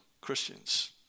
Christians